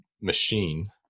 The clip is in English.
machine